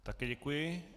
Také děkuji.